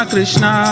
Krishna